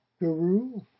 guru